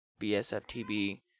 Bsftb